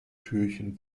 türchen